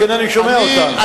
רק אינני שומע אותן.